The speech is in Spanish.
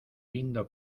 lindo